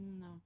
No